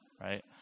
right